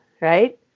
right